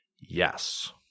Yes